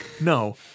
No